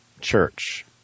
church